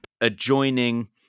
adjoining